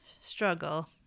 struggle